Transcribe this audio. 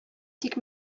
тик